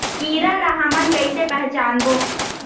कीरा ला हमन कइसे पहचानबो?